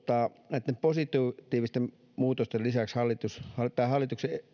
näitten positiivisten muutosten lisäksi tämä hallituksen